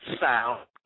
sound